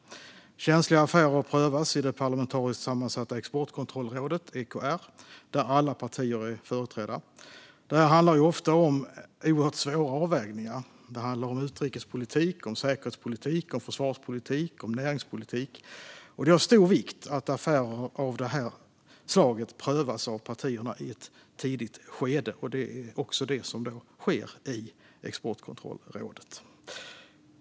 Känsliga affärer prövas i det parlamentariskt sammansatta Exportkontrollrådet, EKR, där alla partier är företrädda. Det är ofta oerhört svåra avvägningar. Det handlar om utrikespolitik, om säkerhetspolitik, om försvarspolitik och om näringspolitik. Det är av stor vikt att affärer av det här slaget prövas av partierna i ett tidigt skede. Och det sker i Exportkontrollrådet.